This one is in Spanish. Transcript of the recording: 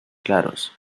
claros